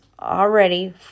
already